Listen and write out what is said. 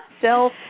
self